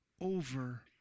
over